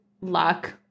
luck